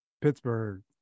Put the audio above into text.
Pittsburgh